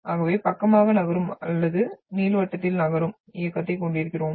ஆகவே பக்கமாக நகரும் அல்லது அது நீள்வட்டத்தில் நகரும் இயக்கத்தைக் கொண்டிருக்கிறோம்